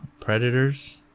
predators